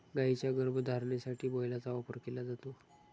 गायींच्या गर्भधारणेसाठी बैलाचा वापर केला जातो